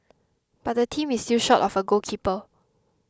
but the team is still short of a goalkeeper